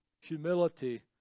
Humility